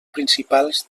principals